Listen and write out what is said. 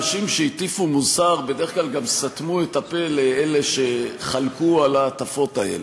אנשים שהטיפו מוסר בדרך כלל גם סתמו את הפה לאלה שחלקו על ההטפות האלה.